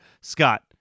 Scott